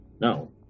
no